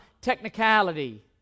technicality